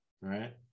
right